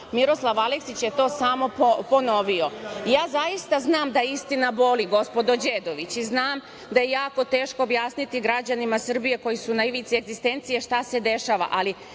Miroslav Aleksić je to samo ponovio. Zaista znam da istina boli, gospođo Đedović, i znam da je jako teško objasniti građanima Srbije koji su na ivici egzistencije šta se dešava, ali